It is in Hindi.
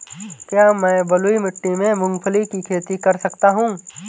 क्या मैं बलुई मिट्टी में मूंगफली की खेती कर सकता हूँ?